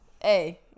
Hey